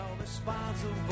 responsible